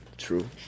true